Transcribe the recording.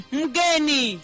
mgeni